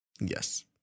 Yes